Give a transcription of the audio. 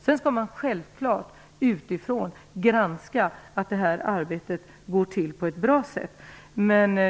Sedan skall man självfallet utifrån granska att arbetet görs på ett bra sätt.